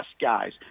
guys